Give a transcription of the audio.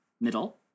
middle